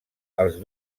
els